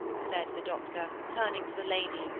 said the doctor, turning to the lady,